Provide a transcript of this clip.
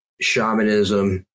shamanism